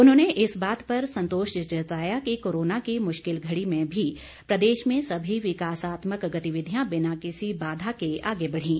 उन्होंने इस बात पर संतोष जताया कि कोरोना की मुश्किल घड़ी में भी प्रदेश में सभी विकासात्मक गतिविधियां बिना किसी बाधा के आगे बढ़ीं